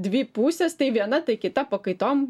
dvi pusės tai viena tai kita pakaitom